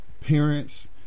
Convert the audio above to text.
parents